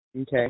Okay